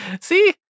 See